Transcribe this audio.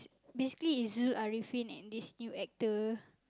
basically it's Zul-Ariffin and this new actor